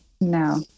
No